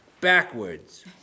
backwards